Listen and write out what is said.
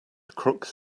crooks